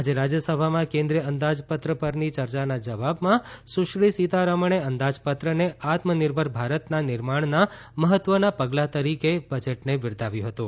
આજે રાજ્યસભામાં કેન્દ્રીય અંદાજપત્ર પરની ચર્ચાના જવાબમાં સુશ્રી સીતારમણે અંદાજપત્રને આત્મનિર્ભર ભારતના નિર્માણના મહત્વના પગલા તરીકે બજેટને બિરદાવ્યું હતું